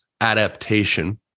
adaptation